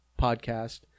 podcast